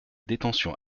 détention